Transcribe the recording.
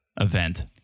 event